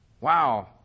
Wow